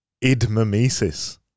id-mimesis